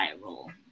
role